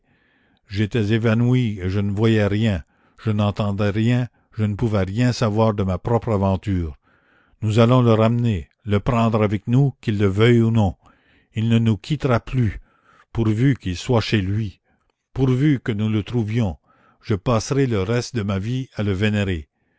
j'étais évanoui je ne voyais rien je n'entendais rien je ne pouvais rien savoir de ma propre aventure nous allons le ramener le prendre avec nous qu'il le veuille ou non il ne nous quittera plus pourvu qu'il soit chez lui pourvu que nous le trouvions je passerai le reste de ma vie à le vénérer